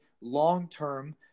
long-term